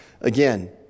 Again